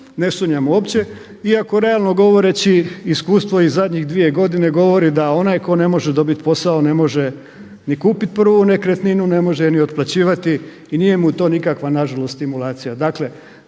ne sumnjam uopće iako realno govoreći iskustvo iz zadnjih 2 godine govori da onaj tko ne može dobiti posao ne može ni kupit prvu nekretninu, ne može je ni otplaćivati i nije mu to nikakva nažalost stimulacija. Dakle,